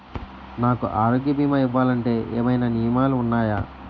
నాకు ఆరోగ్య భీమా ఇవ్వాలంటే ఏమైనా నియమాలు వున్నాయా?